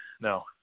no